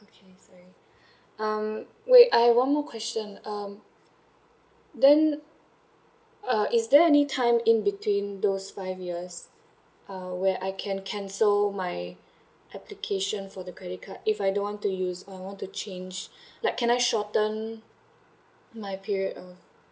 okay so um wait I have one more question um then uh is there any time in between those five years uh where I can cancel my application for the credit card if I don't want to use I want to change like can I shorten my period of